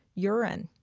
urine.